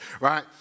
right